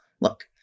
Look